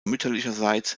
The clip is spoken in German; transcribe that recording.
mütterlicherseits